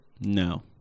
No